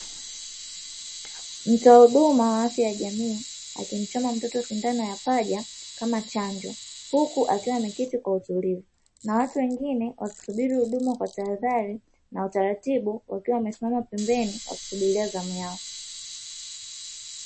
Mtoa huduma wa afya ya jamii akimchoma mtoto sindano ya paja kama chanjo, huku akiwa ameketi kwa utulivu na watu wengine wakisubiri huduma kwa tahadhari na utaratibu wakiwa wamesimama pembeni wakisubiria zamu yao.